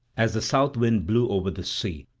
as the south wind blew over the sea,